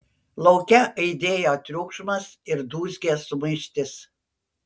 lauke aidėjo triukšmas ir dūzgė sumaištis